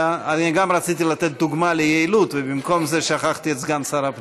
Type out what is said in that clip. גם אני רציתי לתת דוגמה ליעילות ובמקום זה שכחתי את סגן שר הפנים.